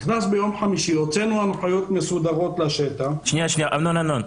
הוצאנו הנחיות מסודרות לשטח אמנון,